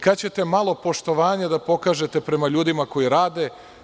Kada ćete malo poštovanja da pokažete prema ljudima koji rade?